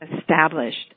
established